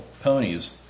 ponies